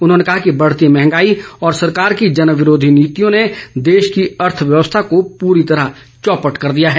उन्होंने कहा कि बढ़ती मंहगाई और सरकार की जनविरोधी नीतियों ने देश की अर्थव्यवस्था को पूरी तरह चौपट कर दिया है